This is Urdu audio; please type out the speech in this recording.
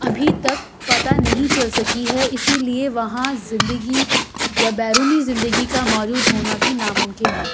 ابھی تک پتا نہیں چل سکی ہے اسی لیے وہاں زندگی یا بیرونی زندگی کا موجود ہونا بھی ناممکن ہے